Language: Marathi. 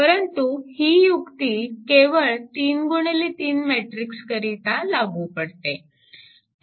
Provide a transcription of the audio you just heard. परंतु ही युक्ती केवळ 3 गुणिले 3 मॅट्रिक्स करिता लागू पडते